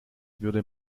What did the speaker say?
würde